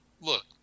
look